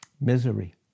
Misery